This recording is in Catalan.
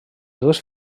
dues